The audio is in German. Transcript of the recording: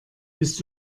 bist